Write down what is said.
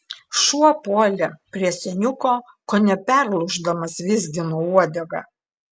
šuo puolė prie seniuko kone perlūždamas vizgino uodegą